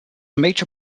major